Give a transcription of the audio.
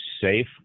safe